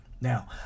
Now